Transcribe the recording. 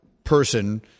person